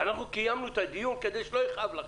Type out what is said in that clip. אנחנו קיימנו את הדיון שלא יכאב לכם.